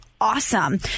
awesome